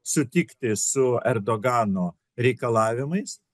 sutikti su erdogano reikalavimais